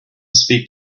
speak